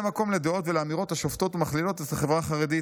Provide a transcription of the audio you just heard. מקום לדעות ולאמירות השופטות ומכלילות את החברה החרדית.